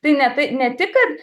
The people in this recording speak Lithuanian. tai ne tai ne tik kad